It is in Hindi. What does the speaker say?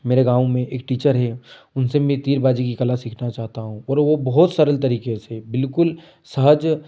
मेरे गाँव में एक टीचर है उनसे में तीरबाजी की कला सीखना चाहता हूँ और वो बहुत सरल तरीके से बिलकुल सहज